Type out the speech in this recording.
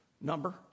number